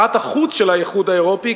ושרת החוץ של האיחוד האירופי,